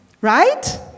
Right